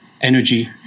energy